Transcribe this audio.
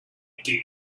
between